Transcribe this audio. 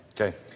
Okay